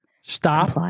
Stop